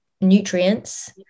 nutrients